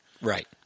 Right